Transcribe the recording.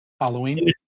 Halloween